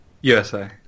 USA